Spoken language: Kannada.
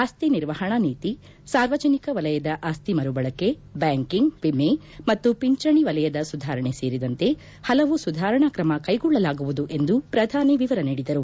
ಆಸ್ತಿ ನಿರ್ವಹಣಾ ನೀತಿ ಸಾರ್ವಜನಿಕ ವಲಯದ ಆಸ್ತಿ ಮರುಬಳಕೆ ಬ್ಯಾಂಕಿಂಗ್ ವಿಮೆ ಮತ್ತು ಪಿಂಚಣಿ ವಲಯದ ಸುಧಾರಣೆ ಸೇರಿದಂತೆ ಹಲವು ಸುಧಾರಣಾ ಕ್ರಮ ಕೈಗೊಳ್ಳಲಾಗುವುದು ಎಂದು ಪ್ರಧಾನಿ ವಿವರ ನೀಡಿದರು